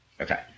Okay